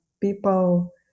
people